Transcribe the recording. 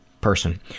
person